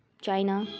China